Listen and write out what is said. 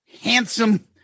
handsome